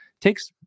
takes